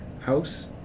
house